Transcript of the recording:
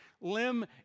limb